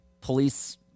police